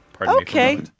okay